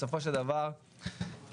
בסופו של דבר מבחינתי,